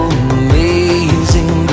amazing